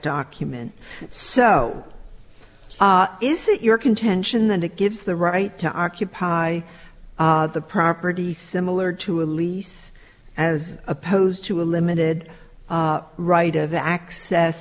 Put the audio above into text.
document so is it your contention that it gives the right to occupy the property similar to a lease as opposed to a limited right of access